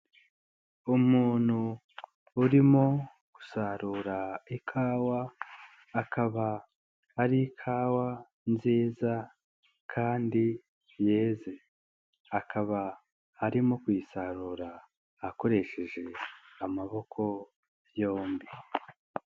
Umuntu urimo gusarura ikawa akaba ari ikawa nziza kandi yeze, akaba arimo kuyisarura akoresheje amaboko yombi.